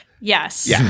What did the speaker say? Yes